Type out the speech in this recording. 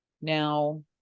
now